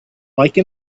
like